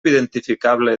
identificable